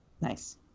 Nice